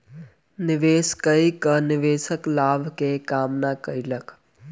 निवेश कय के निवेशक लाभ के कामना कयलक